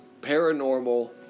paranormal